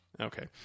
Okay